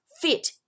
fit